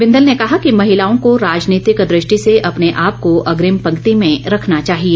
बिंदल ने कहा कि महिलाओं को राजनीतिक दृष्टि से अपने आप को अग्रिम पंक्ति में रखना चाहिए